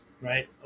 right